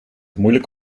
moeilijk